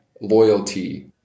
loyalty